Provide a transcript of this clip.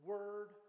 Word